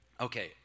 Okay